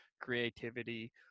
creativity